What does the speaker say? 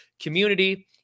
community